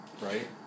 right